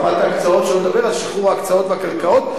רמת ההקצאות, שלא לדבר על שחרור ההקצאות והקרקעות.